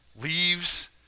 Leaves